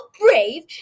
brave